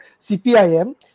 cpim